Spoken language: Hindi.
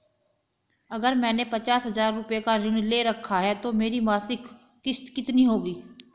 अगर मैंने पचास हज़ार रूपये का ऋण ले रखा है तो मेरी मासिक किश्त कितनी होगी?